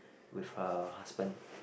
with her husband